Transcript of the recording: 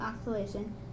oscillation